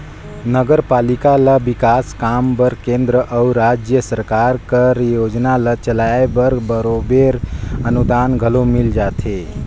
नगरपालिका ल बिकास काम बर केंद्र अउ राएज सरकार कर योजना ल चलाए बर बरोबेर अनुदान घलो मिल जाथे